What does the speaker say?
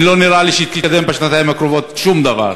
ולא נראה לי שיתקדם בשנתיים הקרובות שום דבר.